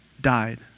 died